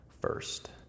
first